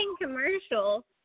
commercial